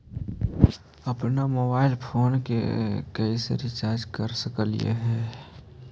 अप्पन mobile phone के कैसे रिचार्ज कर सकली हे?